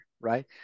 right